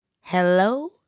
Hello